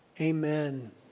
amen